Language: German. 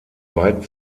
weit